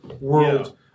world